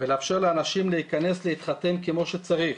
ולאפשר לאנשים להיכנס להתחתן כמו שצריך.